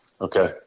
Okay